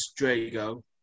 Drago